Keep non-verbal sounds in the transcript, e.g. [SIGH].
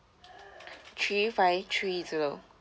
[NOISE] three five three zero